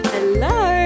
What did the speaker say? Hello